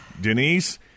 Denise